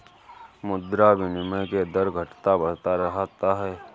मुद्रा विनिमय के दर घटता बढ़ता रहता है